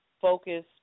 focus